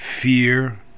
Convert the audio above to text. fear